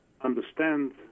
understand